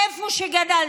איפה שגדלתי,